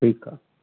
ठीकु आहे